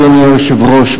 אדוני היושב-ראש,